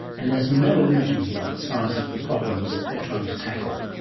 and has no illusions about the size of the problems they're trying to tackle.